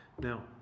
Now